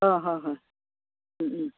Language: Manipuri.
ꯍꯣꯏ ꯍꯣꯏ ꯍꯣꯏ ꯎꯝ ꯎꯝ